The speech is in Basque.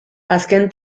azken